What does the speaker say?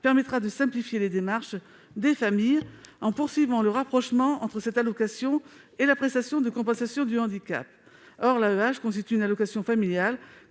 permettra de simplifier les démarches des familles en poursuivant le rapprochement entre cette allocation et la prestation de compensation du handicap ». Or l'AEEH constitue une allocation familiale